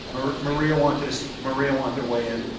or maria wanted so maria wanted away in